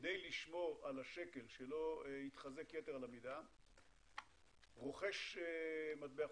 כדי לשמור על השקל שלא יתחזק יתר על המידה רוכש מטבע חוץ,